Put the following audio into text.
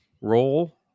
role